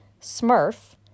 smurf